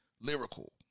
lyrical